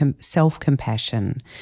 self-compassion